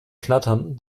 knattern